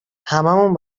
هممون